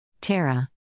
Tara